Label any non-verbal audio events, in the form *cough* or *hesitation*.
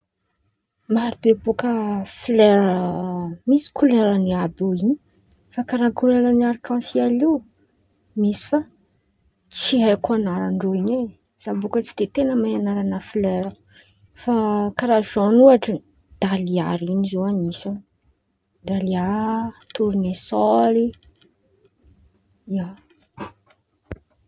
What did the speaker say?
Maro be bôka folera *hesitation* misy koleran̈y àby eo in̈y fa karàha koleran̈y arkasiely io misy fa tsy aiko an̈arandreo in̈y e za bôka tsy de mahay karazan̈a folera fa karàha zôny ôhatra dalia ren̈y ziô anisan̈y, dalia, tornesôly, ia.